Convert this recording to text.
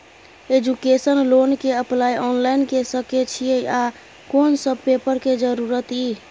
Education loan के apply online के सके छिए आ कोन सब पेपर के जरूरत इ?